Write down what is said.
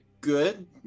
good